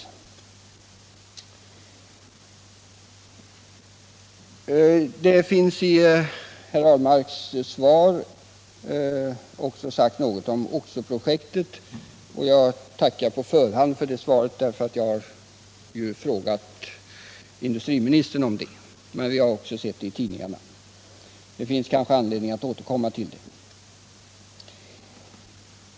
I herr Ahlmarks svar finns det också något sagt om oxoprojektet, och jag tackar på förhand för det svaret, eftersom jag ju har frågat industriministern om det. Men vi har också sett detta i tidningarna. Det finns kanske anledning att återkomma till det.